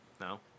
no